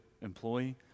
employee